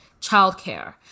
childcare